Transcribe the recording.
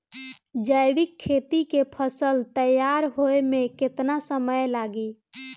जैविक खेती के फसल तैयार होए मे केतना समय लागी?